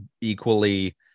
equally